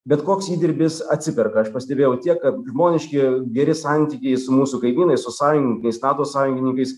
bet koks įdirbis atsiperka aš pastebėjau tiek kad žmoniški geri santykiai su mūsų kaimynais su sąjungininkais nato sąjungininkais